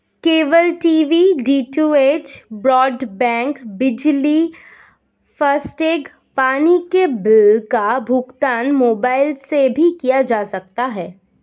cable TV DTH, broadband, बिजली, FASTag, पानी के बिल का भुगतान मोबाइल से भी किया जा सकता है